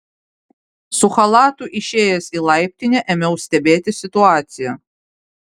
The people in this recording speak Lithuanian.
su chalatu išėjęs į laiptinę ėmiau stebėti situaciją